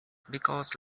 because